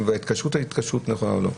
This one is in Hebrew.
וההתקשרות היא התקשרות נכונה או לא.